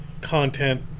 content